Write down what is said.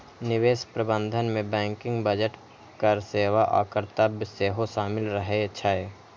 निवेश प्रबंधन मे बैंकिंग, बजट, कर सेवा आ कर्तव्य सेहो शामिल रहे छै